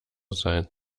sein